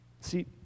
See